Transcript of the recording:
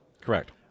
Correct